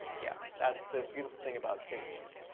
yeah, that's the beautiful thing about state machines.